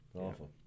Awful